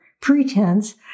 pretense